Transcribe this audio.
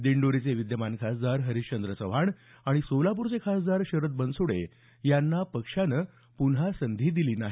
दिंडोरीचे विद्यमान खासदार हरिश्चंद्र चव्हाण आणि सोलापूरचे खासदार शरद बनसोडे यांना पक्षानं पुन्हा संधी दिलेली नाही